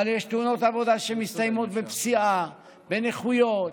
אבל יש תאונות עבודה שמסתיימות בפציעה, בנכויות,